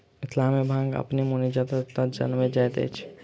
मिथिला मे भांग अपने मोने जतय ततय जनैम जाइत अछि